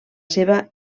seva